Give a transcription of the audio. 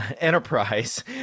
enterprise